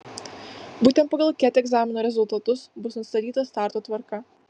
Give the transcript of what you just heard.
būtent pagal ket egzamino rezultatus bus nustatyta starto tvarka